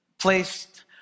placed